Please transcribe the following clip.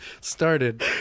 started